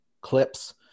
clips